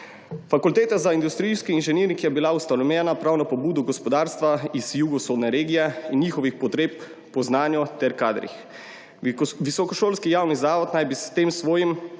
Fakulteta za industrijski inženiring je bila ustanovljena prav na pobudo gospodarstva iz jugovzhodne regije in njihovih potreb po znanju ter kadrih. Visokošolski javni zavod naj bi s tem svojim